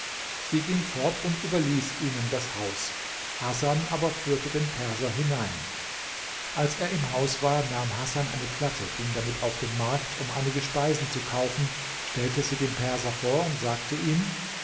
sie ging fort und überließ ihnen das haus hasan aber führte den perser hinein als er im haus war nahm hasan eine platte ging damit auf den markt um einige speisen zu kaufen stellte sie dem perser vor und sagte ihm